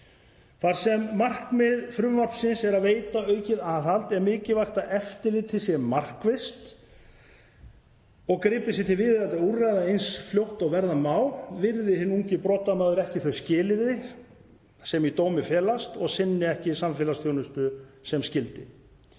Þar sem markmið frumvarpsins er að veita aukið aðhald er mikilvægt að eftirlitið sé markvisst og að gripið sé til viðeigandi úrræða eins fljótt og verða má virði hinn ungi brotamaður ekki þau skilyrði sem í dómi felast og sinni ekki samfélagsþjónustu sem skyldi.